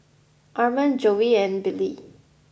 Arman Joey and Billye